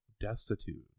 destitute